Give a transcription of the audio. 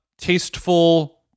tasteful